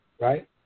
right